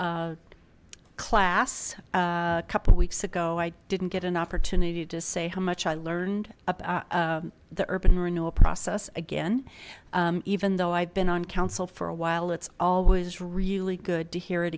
class a couple weeks ago i didn't get an opportunity to say how much i learned about the urban renewal process again even though i've been on council for a while it's always really good to hear it